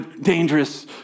dangerous